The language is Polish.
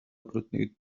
okrutnych